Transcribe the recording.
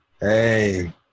Hey